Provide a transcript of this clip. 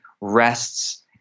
rests